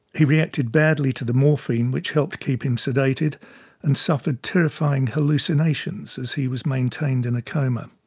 he reacted badly to the morphine which helped keep him sedated and suffered terrifying hallucinations as he was maintained in a coma.